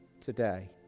today